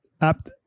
app